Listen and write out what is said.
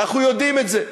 אנחנו יודעים את זה.